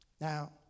Now